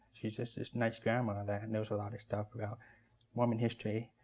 she's just this nice grandma that knows a lot of stuff about mormon history.